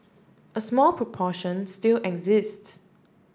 a small proportion still exists